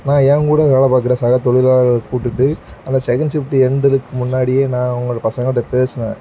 நான் என்கூட வேலை பார்க்கற சக தொழிலாளர்கள கூட்டுட்டு அந்த செகண்ட் ஷிஃப்ட் எண்டுலுக்கு முன்னாடியே நான் உங்கள் பசங்கள்ட்ட பேசுவேன்